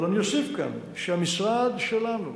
אבל אני אוסיף כאן שהמשרד שלנו,